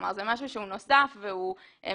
כלומר, זה משהו שהוא נוסף והוא מעבר.